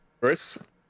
Chris